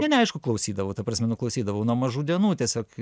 ne ne aišku klausydavau ta prasme nu klausydavau nuo mažų dienų tiesiog